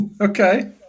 Okay